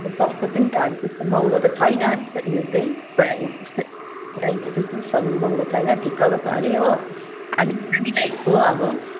अन्त सस्तो पनि छ हरे त्यस्तो महँगो त छैन उयो चाहिँ प्रायः प्रायः चाहिँ त्यस्तो महँगो छैन ठिक्कको छ हरे हो हामीले खाने लायकको अब